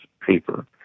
paper